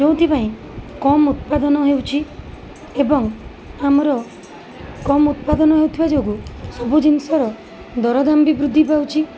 ଯେଉଁଥିପାଇଁ କମ୍ ଉତ୍ପାଦନ ହେଉଛି ଏବଂ ଆମର କମ୍ ଉତ୍ପାଦନ ହେଉଥିବା ଯୋଗୁଁ ସବୁ ଜିନିଷର ଦରଦାମ୍ ବି ବୃଦ୍ଧିପାଉଛି